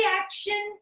action